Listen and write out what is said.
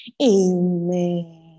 Amen